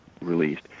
released